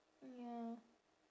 ya